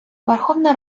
верховна